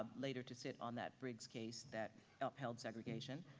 um later to sit on that briggs case that upheld segregation.